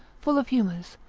full of humours,